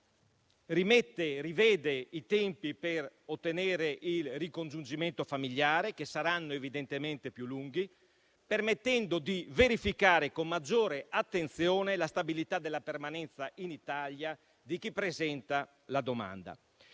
legge rivede i tempi per ottenere il ricongiungimento familiare, che saranno evidentemente più lunghi, permettendo di verificare con maggiore attenzione la stabilità della permanenza in Italia di chi presenta la domanda.